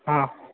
हा